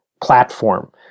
platform